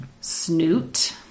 Snoot